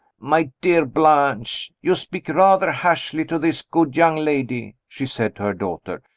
my dear blanche, you speak rather harshly to this good young lady, she said to her daughter.